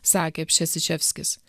sakė pšečiševskis